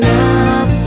love